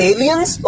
Aliens